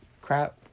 crap